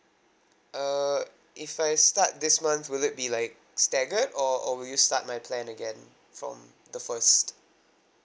uh if I start this month will it be like staggered or or will you start my plan again from the first